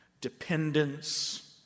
dependence